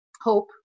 hope